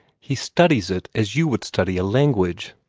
he studies it as you would study a language.